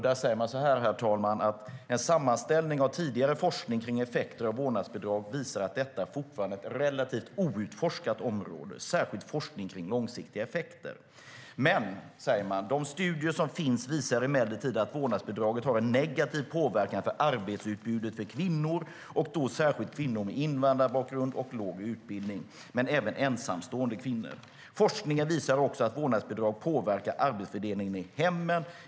Där framgår att en sammanställning av tidigare forskning om effekter av vårdnadsbidrag visar att detta fortfarande är ett relativt outforskat område, särskilt forskning om långsiktiga effekter. Försäkringskassan menar att de studier som finns emellertid visar att vårdnadsbidraget har en negativ påverkan för arbetsutbudet för kvinnor, särskilt kvinnor med invandrarbakgrund och låg utbildning men även ensamstående kvinnor. Forskningen visar också att vårdnadsbidraget påverkar arbetsfördelningen i hemmen.